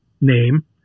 name